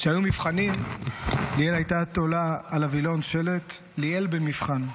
כשהיו מבחנים היא הייתה תולה על הווילון שלט "ליאל במבחן",